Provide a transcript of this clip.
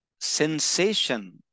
sensation